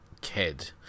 kid